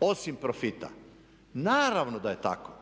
osim profita, naravno da je tako.